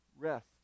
rest